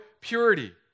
purity